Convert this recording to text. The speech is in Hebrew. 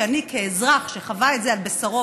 ואני כאזרח שחווה את זה על בשרו,